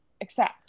accept